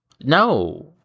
No